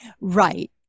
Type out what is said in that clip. Right